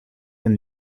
een